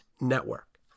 Network